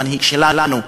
המנהיג שלנו,